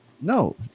no